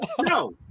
No